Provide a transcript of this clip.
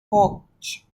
hodge